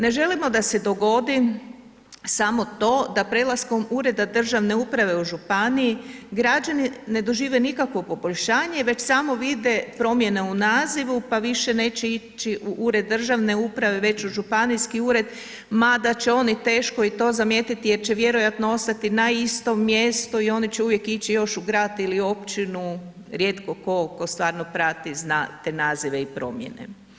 Ne želio da se dogodi samo to da prelaskom ureda državne uprave u županiji građani ne dožive nikakvo poboljšanje već samo vide promjene u nazivu, pa više neće ići u ured državne uprave već u županijski ured, mada će oni teško i to zamijetiti jer će vjerojatno ostani na istom mjestu i oni će uvijek ići još u grad ili općinu, rijetko tko tko stvarno prati zna te nazive i promjene.